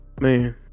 man